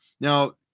Now